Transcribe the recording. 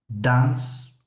dance